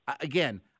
again